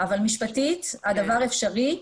אבל משפטית הדבר אפשרי.